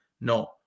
No